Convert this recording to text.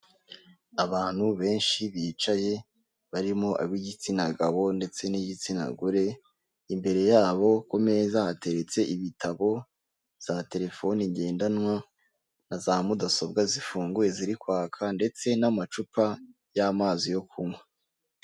Abantu benshi bicaye barimo ab'igitsina gabo ndetse n'igitsina gore, imbere yabo ku meza hateretse ibitabo, za telefoni ngendanwa, na za mudasobwa zifunguye ziri kwaka, ndetse n'amacupa y'amazi yo kunywa.